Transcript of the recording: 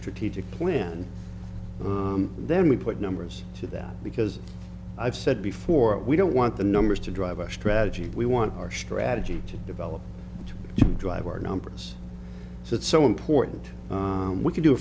strategic plan and then we put numbers to that because i've said before we don't want the numbers to drive our strategy we want our strategy to develop to drive our numbers so it's so important we can do a